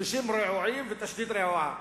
כבישים רעועים ותשתית רעועה.